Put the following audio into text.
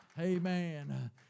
Amen